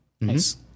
Nice